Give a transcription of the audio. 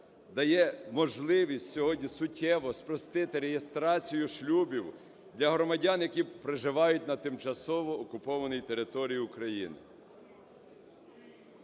дає можливість сьогодні суттєво спростити реєстрацію шлюбів для громадян, які проживають на тимчасово окупованій території України.